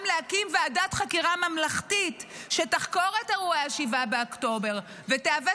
להקים ועדת חקירה ממלכתית שתחקור את אירועי 7 באוקטובר ותהווה